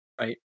Right